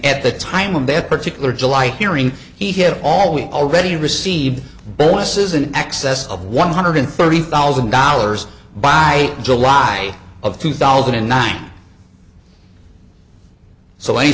at the time of that particular july hearing he had all we already received bonuses in excess of one hundred thirty thousand dollars by july of two thousand and nine